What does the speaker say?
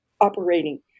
operating